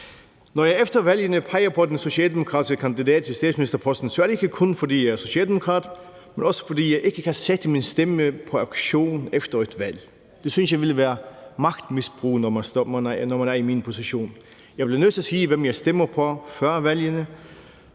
Når jeg efter valgene peger på den socialdemokratiske kandidat til statsministerposten, er det ikke kun, fordi jeg er socialdemokrat, men også fordi jeg ikke kan sætte min stemme på auktion efter et valg. Det synes jeg ville være magtmisbrug, når man er i min position. Jeg bliver nødt til at sige, hvem jeg stemmer på, før valgene;